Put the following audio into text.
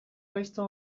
gaizto